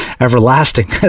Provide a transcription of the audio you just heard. everlasting